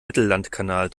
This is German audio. mittellandkanal